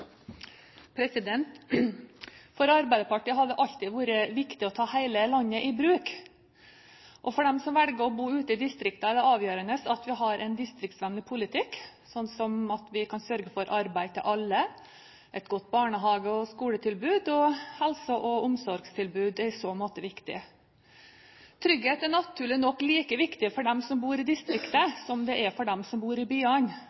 For Arbeiderpartiet har det alltid vært viktig å ta hele landet i bruk. For dem som velger å bo ute i distriktene, er det avgjørende at vi har en distriktsvennlig politikk. At vi sørger for arbeid til alle, et godt barnehage- og skoletilbud og helse- og omsorgstilbud, er i så måte viktig. Trygghet er naturlig nok like viktig for dem som bor i distriktet, som det er for dem som bor i byene.